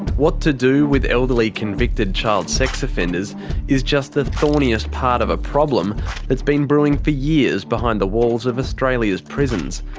what to do with elderly convicted child sex offenders is just the thorniest part of a problem that's been brewing for years behind the walls of australia's prisons.